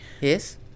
yes